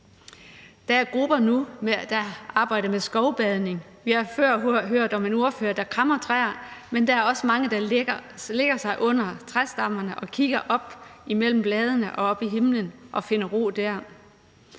Der er grupper nu, der arbejder med skovbadning. Vi har før hørt om en ordfører, der krammer træer, men der er også mange, der lægger sig under træstammerne og kigger op imellem bladene og op mod himlen og finder ro dér.